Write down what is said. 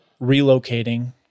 relocating